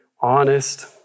honest